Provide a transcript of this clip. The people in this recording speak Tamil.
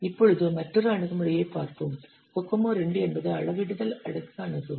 இப்பொழுது மற்றொரு அணுகுமுறையைப் பார்ப்போம் COCOMO II என்பது அளவிடுதல் அடுக்கு அணுகுமுறை